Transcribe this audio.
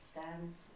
stands